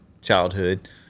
childhood